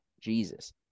Jesus